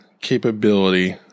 capability